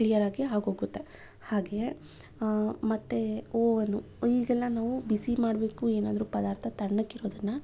ಕ್ಲಿಯರಾಗಿ ಆಗೋಗುತ್ತೆ ಹಾಗೆಯೇ ಮತ್ತೆ ಓವನು ಈಗೆಲ್ಲ ನಾವು ಬಿಸಿ ಮಾಡಬೇಕು ಏನಾದರೂ ಪದಾರ್ಥ ತಣ್ಣಕ್ಕಿರೋದನ್ನು